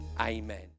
Amen